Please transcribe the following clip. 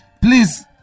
please